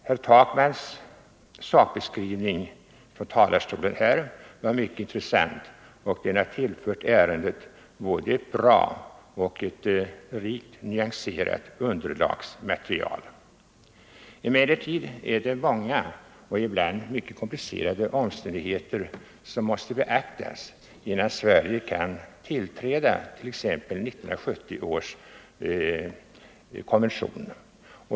Herr Takmans sakbeskrivning från kammarens talarstol var mycket intressant och har tillfört ärendet ett bra och rikt nyanserat underlagsmaterial. Emellertid är det många och ibland mycket komplicerade omständigheter som måste beaktas innan Sverige kan tillträda 1970 års konvention.